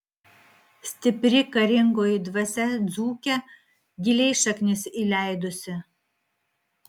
stipri karingoji dvasia dzūke giliai šaknis įleidusi